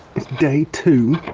it's day two